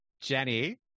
Jenny